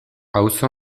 auzo